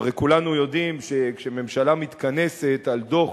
הרי כולנו יודעים שכשממשלה מתכנסת על דוח